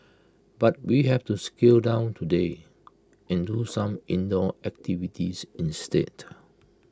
but we have to scale down today and do some indoor activities instead